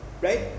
right